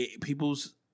people's